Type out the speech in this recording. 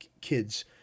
kids